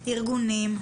ארגונים,